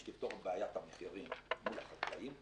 שתפתור את בעיית המחירים מול החקלאים,